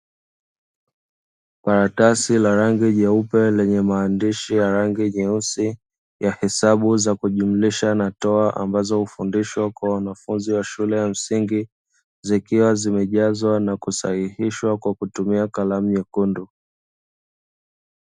Karatasi la rangi nyeupe lenye maandishi ya rangi nyeusi ya hesabu za kujumlisha na toa ambazo hufundishwa kwa wanafunzi wa shule ya msingi, zikiwa zimejazwa na kusahihishwa kwa kutumia kalamu nyekundu.